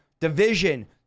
division